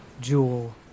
Jewel